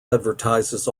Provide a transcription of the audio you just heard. advertises